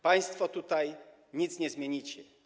Państwo tutaj nic nie zmienicie.